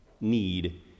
need